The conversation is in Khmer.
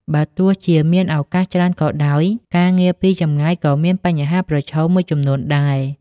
បើទោះជាមានឱកាសច្រើនក៏ដោយ ការងារពីចម្ងាយក៏មាន បញ្ហាប្រឈម មួយចំនួនដែរ។